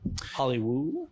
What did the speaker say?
hollywood